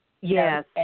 Yes